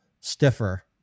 stiffer